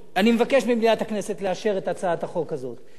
אני מבקש ממליאת הכנסת לאשר את הצעת החוק הזאת,